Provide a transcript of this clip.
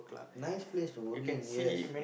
nice place to work in yes